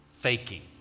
faking